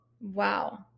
Wow